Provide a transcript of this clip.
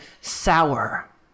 sour